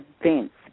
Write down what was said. events